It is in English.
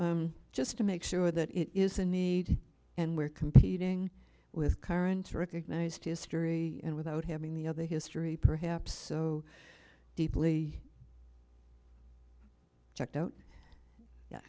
so just to make sure that it is a need and we're competing with current recognized history and without having the other history perhaps so deeply checked out